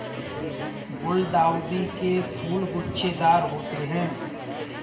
गुलदाउदी के फूल गुच्छेदार होते हैं